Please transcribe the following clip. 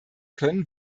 können